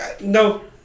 No